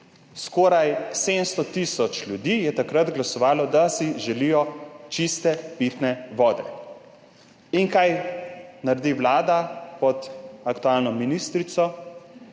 Skoraj 700 tisoč ljudi je takrat glasovalo, da si želijo čiste pitne vode. In kaj naredi vlada pod aktualno ministrico?